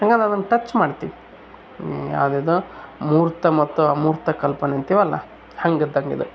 ಹೆಂಗಂದ್ರೆ ಅದನ್ನು ಟಚ್ ಮಾಡ್ತೀವಿ ಯಾವ್ದು ಇದು ಮೂರ್ತ ಮತ್ತು ಅಮೂರ್ತ ಕಲ್ಪನೆ ಅಂತೀವಲ್ಲ ಹಂಗೆ ಇದ್ದಂಗೆ ಇದು